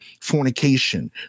fornication